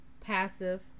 passive